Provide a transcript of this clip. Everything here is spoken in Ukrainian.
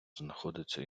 знаходиться